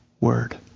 word